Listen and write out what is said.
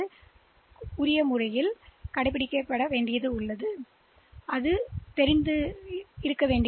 எனவே அந்த நோக்கத்திற்காக இந்த திட்டம் அழைக்கப்பட்ட புள்ளியை நான் நினைவில் கொள்ள வேண்டும்